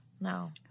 No